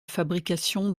fabrication